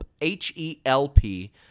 H-E-L-P